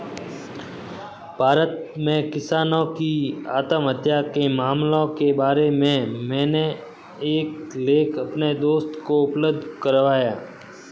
भारत में किसानों की आत्महत्या के मामलों के बारे में मैंने एक लेख अपने दोस्त को उपलब्ध करवाया